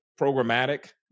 programmatic